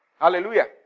hallelujah